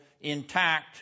intact